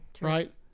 Right